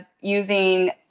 using